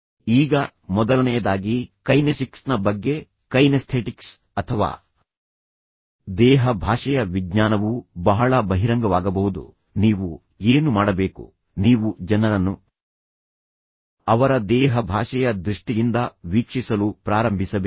ಈಗ ಮೊದಲನೆಯದಾಗಿ ಕೈನೆಸಿಕ್ಸ್ನ ಬಗ್ಗೆ ಕೈನೆಸ್ಥೆಟಿಕ್ಸ್ ಅಥವಾ ದೇಹ ಭಾಷೆಯ ವಿಜ್ಞಾನವು ಬಹಳ ಬಹಿರಂಗವಾಗಬಹುದು ನೀವು ಏನು ಮಾಡಬೇಕು ನೀವು ಜನರನ್ನು ಅವರ ದೇಹ ಭಾಷೆಯ ದೃಷ್ಟಿಯಿಂದ ವೀಕ್ಷಿಸಲು ಪ್ರಾರಂಭಿಸಬೇಕು